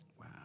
Wow